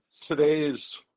today's